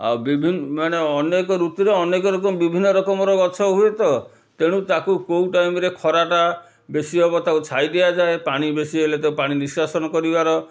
ବିଭିନ୍ନ ମାନେ ଅନେକ ଋତୁରେ ଅନେକ ବିଭିନ୍ନ ରକମର ଗଛ ହୁଏ ତ ତେଣୁ ତାକୁ କେଉଁ ଟାଇମ୍ରେ ଖରା ଟା ବେଶୀ ହେବ ତାକୁ ଛାଇ ଦିଆଯାଏ ପାଣି ବେଶୀ ହେଲେ ତାକୁ ପାଣି ନିଷ୍କାସନ କରିବାର